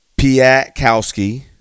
Piatkowski